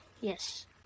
Yes